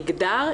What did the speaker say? מגדר,